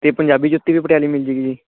ਅਤੇ ਪੰਜਾਬੀ ਜੁੱਤੀ ਵੀ ਪਟਿਆਲੇ ਮਿਲ ਜੇਗੀ ਜੀ